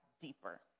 deeper